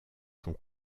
sont